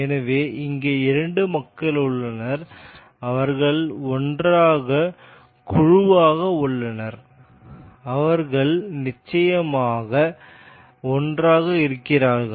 எனவே இங்கே இரண்டு மக்கள் உள்ளனர் அவர்கள் ஒன்றாக குழுவாக உள்ளனர் அவர்கள் நிச்சயமாக ஒன்றாக இருக்கிறார்கள்